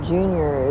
Junior